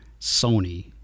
Sony